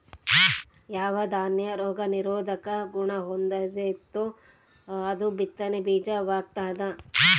ಯಾವ ದಾನ್ಯ ರೋಗ ನಿರೋಧಕ ಗುಣಹೊಂದೆತೋ ಅದು ಬಿತ್ತನೆ ಬೀಜ ವಾಗ್ತದ